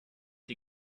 die